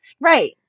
Right